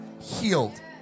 healed